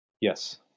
Yes